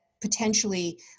potentially